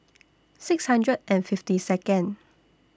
six hundred and fifty Second